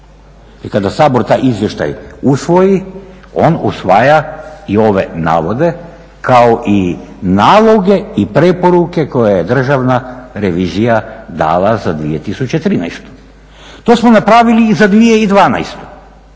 kada Sabor taj izvještaj usvoji on usvaja i ove navode kao i naloge i preporuke koje je državna revizija dala za 2013. To smo napravili i za 2012.